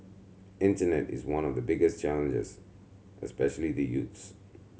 internet is one of the biggest challenges especially the youths